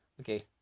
Okay